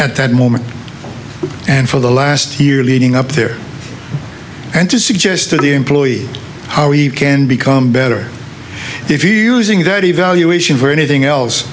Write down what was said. at that moment and for the last year leading up there and to suggest to the employee how you can become better if you using that evaluation for anything else